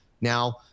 Now